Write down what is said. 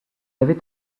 avait